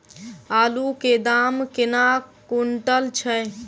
आलु केँ दाम केना कुनटल छैय?